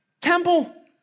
temple